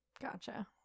Gotcha